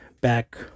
back